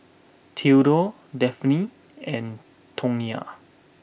Thedore Delphine and Tonya